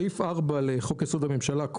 סעיף 4 לחוק-יסוד: הממשלה,